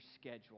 schedule